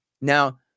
Now